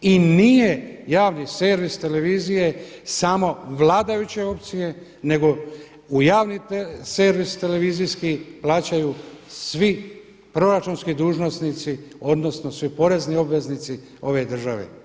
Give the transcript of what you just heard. I nije javni servis televizije samo vladajuće opcije nego u javni servis televizijski plaćaju svi proračunski dužnosnici, odnosno svi porezni obveznici ove države.